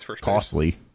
costly